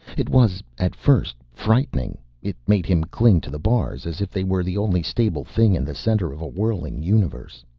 it was, at first, frightening. it made him cling to the bars as if they were the only stable thing in the center of a whirling universe.